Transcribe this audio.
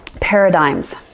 paradigms